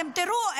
אתם תראו,